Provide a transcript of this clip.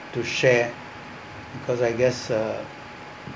to share because I guess uh